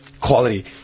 quality